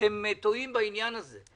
אתם טועים בעניין הזה,